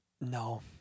No